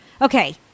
Okay